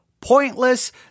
pointless